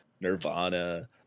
Nirvana